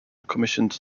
commissioned